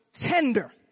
tender